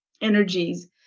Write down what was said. energies